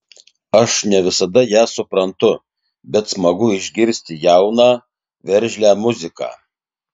aš ne visada ją suprantu bet smagu išgirsti jauną veržlią muziką